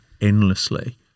endlessly